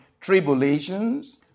tribulations